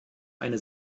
eine